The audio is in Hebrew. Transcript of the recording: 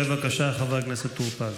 בבקשה, חבר הכנסת טור פז.